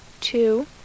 Two